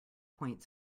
point